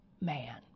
man